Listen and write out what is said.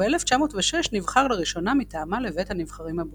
וב-1906 נבחר לראשונה מטעמה לבית הנבחרים הבריטי.